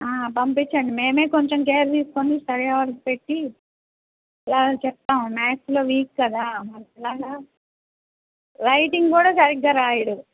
పంపిచండి మేమే కొంచెం కేర్ తీసుకుని స్టడి అవర్స్ పెట్టి ఇలా చెప్తాం మ్యాథ్స్లో వీక్ కదా మరి ఎలాగా రైటింగ్ కూడా సరిగ్గా రాయడు